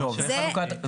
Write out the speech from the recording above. יש חלוקת הכנסות.